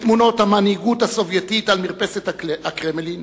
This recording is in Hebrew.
מתמונות המנהיגות הסובייטית על מרפסת הקרמלין,